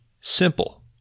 Simple